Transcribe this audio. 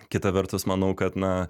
kita vertus manau kad na